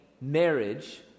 marriage